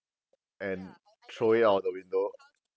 and throw it out of the window